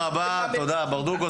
רבה, ברדוגו.